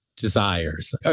desires